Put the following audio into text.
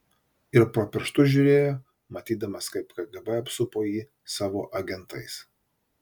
ir pro pirštus žiūrėjo matydamas kaip kgb apsupo jį savo agentais